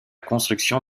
construction